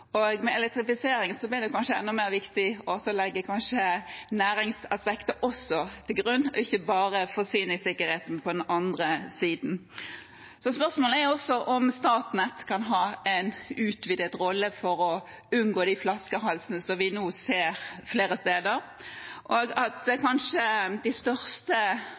og med elektrifisering blir det kanskje enda mer viktig å legge næringsaspektet også til grunn, og ikke bare forsyningssikkerheten på den andre siden. Spørsmålet er også om Statnett kan ha en utvidet rolle for å unngå de flaskehalsene som vi nå ser flere steder, og at kanskje de største